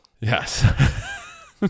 Yes